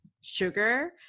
sugar